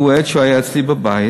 הוא עד, שכשהוא היה אצלי בבית,